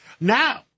Now